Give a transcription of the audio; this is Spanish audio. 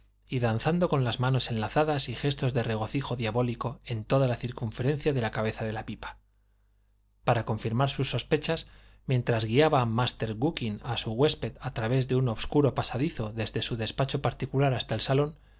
y danzando con las manos enlazadas y gestos de regocijo diabólico en toda la circunferencia de la cabeza de la pipa para confirmar sus sospechas mientras guiaba master gookin a su huésped a través de un obscuro pasadizo desde su despacho particular hasta el salón